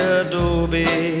adobe